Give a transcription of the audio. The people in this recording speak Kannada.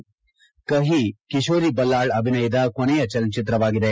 ಕಟಿ ಕಿಶೋರಿ ಬಲ್ಲಾಳ್ ಅಭಿನಯದ ಕೊನೆಯ ಚಲನಚಿತ್ರವಾಗಿದೆ